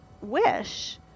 wish